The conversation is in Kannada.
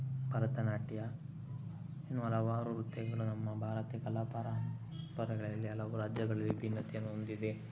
ಭರತನಾಟ್ಯ ಇನ್ನು ಹಲವಾರು ನೃತ್ಯಗಳು ನಮ್ಮ ಭಾರತೀಯ ಕಲಾ ಪರಂಪರೆಗಳಲ್ಲಿ ಹಲವು ರಾಜ್ಯಗಳಲ್ಲಿ ವಿಭಿನ್ನತೆಯನ್ನು ಹೊಂದಿದೆ